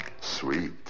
sweet